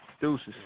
Deuces